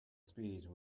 speed